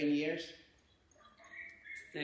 years